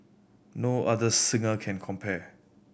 no other singer can compare